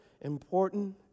important